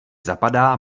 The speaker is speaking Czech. zapadá